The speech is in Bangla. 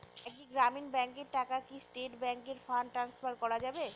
একটি গ্রামীণ ব্যাংকের টাকা কি স্টেট ব্যাংকে ফান্ড ট্রান্সফার করা যাবে?